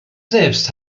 selbst